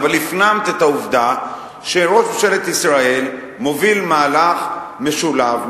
אבל הפנמת את העובדה שראש ממשלת ישראל מוביל מהלך משולב,